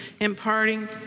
imparting